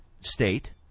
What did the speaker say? state